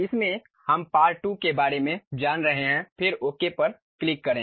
इसमें हम पार्ट के बारे में जान रहे हैं फिर ओके पर क्लिक करें